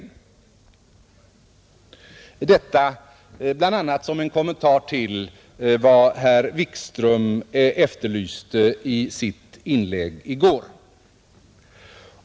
Jag har velat framhålla detta bl.a. som en kommentar till vad herr Wikström efterlyste i sitt inlägg i går.